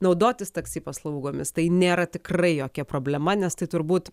naudotis taksi paslaugomis tai nėra tikrai jokia problema nes tai turbūt